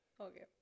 Okay